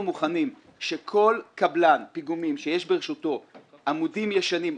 מוכנים שכל קבלן פיגומים שיש ברשותו עמודים ישנים,